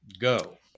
Go